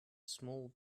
small